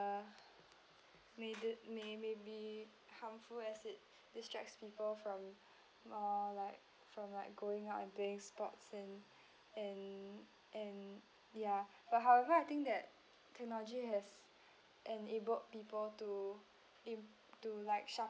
may th~ may be harmful as it distracts people from uh like from like going out and playing sports and and and ya but however I think that technology has enabled people to im~ to like sharpen